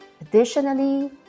Additionally